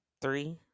three